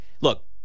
look